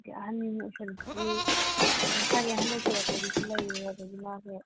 ꯍꯧꯖꯤꯛ ꯑꯍꯟ ꯑꯣꯏꯁꯤꯜꯂꯛꯄꯒꯤ ꯃꯁꯥꯒꯤ ꯑꯍꯟ ꯑꯣꯏꯁꯤꯜꯂꯛꯄꯒꯤꯁꯨ ꯂꯩꯔꯦ ꯑꯗꯒꯤ ꯃꯥꯁꯦ